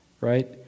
right